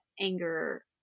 anger